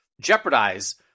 jeopardize